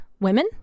women